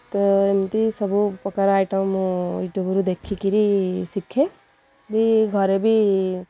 ତ ଏମିତି ସବୁ ପ୍ରକାର ଆଇଟମ୍ ମୁଁ ୟୁଟ୍ୟୁବ୍ରୁ ଦେଖିକରି ଶିଖେ ବି ଘରେ ବି